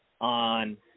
on